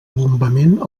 bombament